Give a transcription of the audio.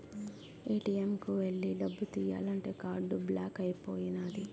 ATM కు ఎల్లి డబ్బు తియ్యాలంతే కార్డు బ్లాక్ అయిపోనాది